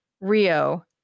Rio